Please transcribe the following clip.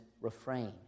refrain